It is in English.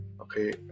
okay